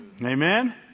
Amen